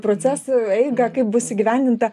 procesų eigą kaip bus įgyvendinta